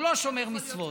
הוא לא שומר מצוות.